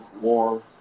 war